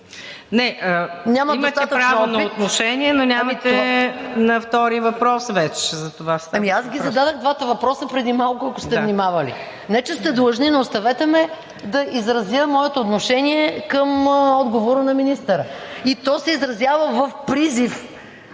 Имате право на отношение, но нямате на втори въпрос вече. За това става въпрос. МАЯ МАНОЛОВА: Ами аз ги зададох двата въпроса преди малко, ако сте внимавали – не че сте длъжни, но оставете ме да изразя моето отношение към отговора на министъра. То се изразява в призив